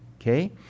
Okay